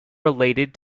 related